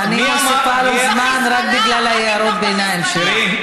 היא לא מצליחה לשים מאחורי סורג ובריח.